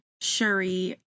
Shuri